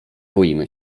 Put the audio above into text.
boimy